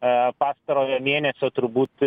a pastarojo mėnesio turbūt